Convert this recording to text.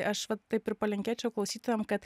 aš vat taip ir palinkėčiau klausytojom kad